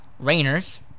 Rainers